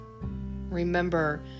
Remember